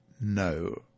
no